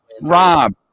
rob